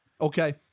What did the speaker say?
okay